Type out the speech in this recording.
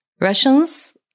Russians